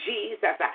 Jesus